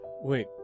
Wait